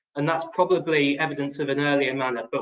and that's probably evidence of an earlier, and but